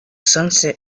sunset